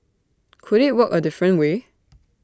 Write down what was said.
could IT work A different way